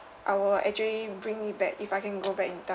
I will actually bring it back if I can go back in time